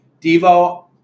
Devo